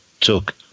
took